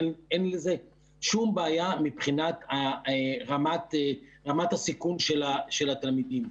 אין שום בעיה מבחינת רמת הסיכון של התלמידים.